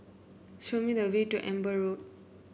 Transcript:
show me the way to Amber Road